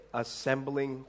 assembling